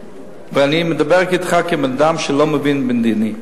ואני מדבר אתך כבן-אדם שלא מבין במדיני.